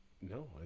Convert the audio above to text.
No